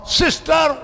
sister